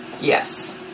Yes